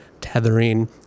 tethering